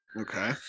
Okay